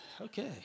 okay